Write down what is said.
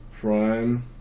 Prime